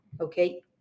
okay